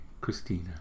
Christina